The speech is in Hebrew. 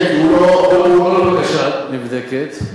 כן, נבדקת.